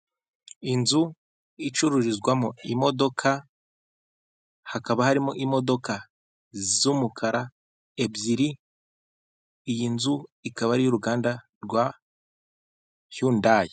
Inzu icururizwamo imodoka hakaba harimo imodoka z'umukara ebyiri, iyi nzu ikaba ari iy'uruganda rwa yundayi.